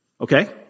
Okay